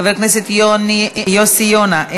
חבר הכנסת יוסי יונה,